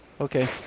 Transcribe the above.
Okay